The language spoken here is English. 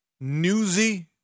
newsy